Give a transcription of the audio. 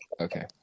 Okay